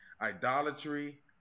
Idolatry